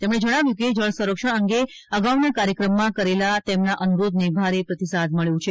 તેમણે જણાવ્યું કે જળસંરક્ષણ અંગે અગાઉના કાર્યક્રમમાં કરેલા તેમના અનુરોધને ભારે પ્રતિસાદ મળ્યો છે